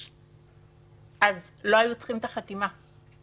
חשבתי עליו קודם, גם זה לא חשבתי עליו